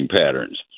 patterns